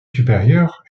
supérieures